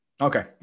okay